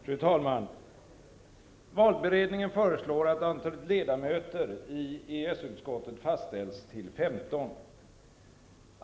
Fru talman! Valberedningen föreslår att antalet ledamöter i EES-utskottet fastställs till 15.